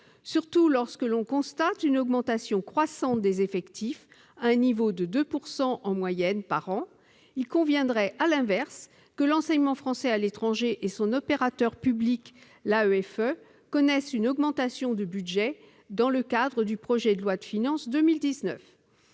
surtout lorsque l'on constate une augmentation croissante des effectifs à un niveau de 2 % en moyenne par an. Il conviendrait, à l'inverse, que l'enseignement français à l'étranger et son opérateur public, l'AEFE, connaissent une augmentation de budget dans le cadre du projet de loi de finances pour